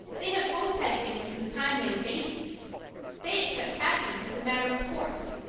they have both had things from the time they were babies they accept happiness as a matter of course.